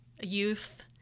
youth